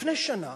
לפני שנה